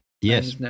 yes